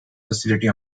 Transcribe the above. facility